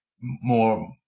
more